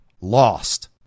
lost